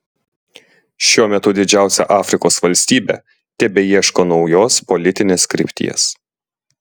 šiuo metu didžiausia afrikos valstybė tebeieško naujos politinės krypties